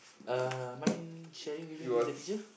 uh mind sharing with me who's the teacher